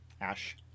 Ash